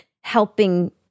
helping